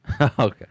Okay